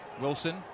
Wilson